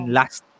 last